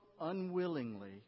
unwillingly